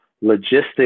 logistics